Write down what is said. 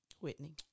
Whitney